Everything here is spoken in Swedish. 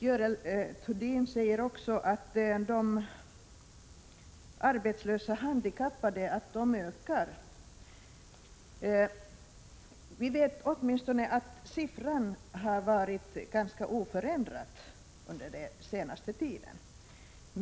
Görel Thurdin säger att antalet arbetslösa handikappade ökar. Vi vet att antalet varit ganska oförändrat under den senaste tiden.